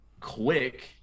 quick